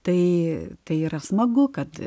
tai tai yra smagu kad